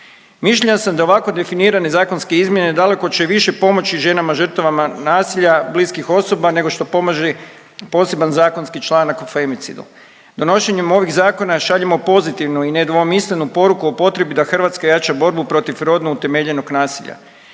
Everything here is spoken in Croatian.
Mišljenja sam da ovako definirane zakonske izmjene daleko će više pomoći ženama žrtvama nasilja bliskih osoba nego što pomaže posebni zakonski članak o femicidu. Donošenjem ovih zakona šaljemo pozitivnu i nedvomislenu poruku o potrebi da Hrvatska jača borbu protiv rodno utemeljenog nasilja.